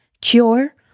cure